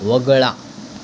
वगळा